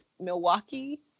Milwaukee